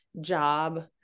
job